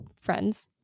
friends